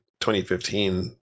2015